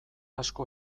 asko